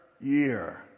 year